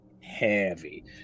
heavy